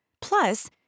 Plus